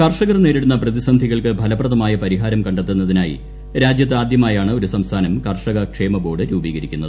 കർഷകർ നേരിടുന്ന പ്രതിസന്ധികൾക്ക് ഫലപ്രദമായ പരിഹാരം കണ്ടെത്തുന്നതിനായി രാജ്യത്തു ആദ്യമായാണ് ഒരു സംസ്ഥാനം കർഷക ക്ഷേമ ബോർഡ് രൂപീകരിക്കുന്നത്